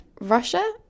Russia